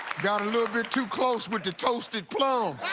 got a little bit too close with the toasted plum.